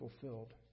fulfilled